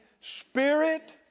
Spirit